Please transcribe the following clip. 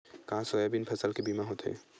का सोयाबीन फसल के बीमा होथे?